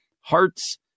hearts